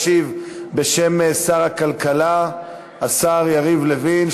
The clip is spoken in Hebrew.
ישיב בשם שר הכלכלה השר יריב לוין,